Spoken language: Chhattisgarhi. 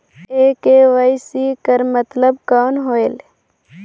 ये के.वाई.सी कर मतलब कौन होएल?